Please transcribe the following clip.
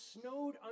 snowed